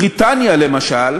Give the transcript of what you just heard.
בריטניה, למשל,